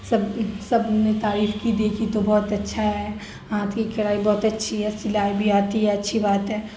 سب سب نے تعریف کی دیکھی تو بہت اچھا ہے ہاتھ کی کڑھائی بہت اچھی ہے سلائی بھی آتی ہے اچھی بات ہے